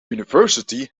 university